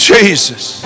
Jesus